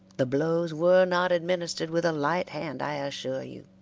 the blows were not administered with a light hand, i assure you,